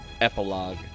Epilogue